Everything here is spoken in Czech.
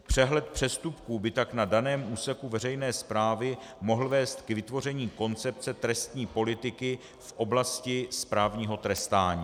Přehled přestupků by tak na daném úseku veřejné správy mohl vést k vytvoření koncepce trestní politiky v oblasti správního trestání.